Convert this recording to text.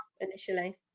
initially